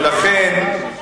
ולכן,